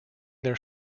their